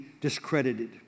discredited